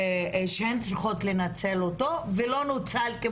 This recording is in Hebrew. שהן צריכות לנצל אותו ולא נוצל.